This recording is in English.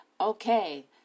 Okay